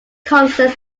concerts